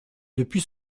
depuis